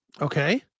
Okay